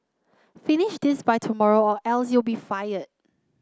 finish this by tomorrow or else you'll be fired